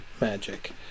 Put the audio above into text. magic